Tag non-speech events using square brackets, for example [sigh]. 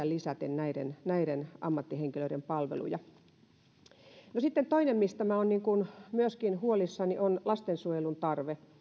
[unintelligible] lisäten näiden näiden ammattihenkilöiden palveluja sitten toinen mistä minä olen myöskin huolissani on lastensuojelun tarve